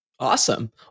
Awesome